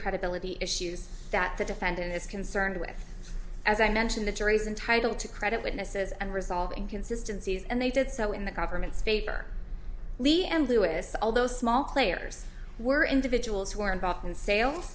credibility issues that the defendant is concerned with as i mentioned the jury's entitled to credit witnesses and resolve and consistency and they did so in the government's fate or lee and lewis although small players were individuals who were involved in sales